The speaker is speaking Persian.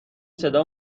صدا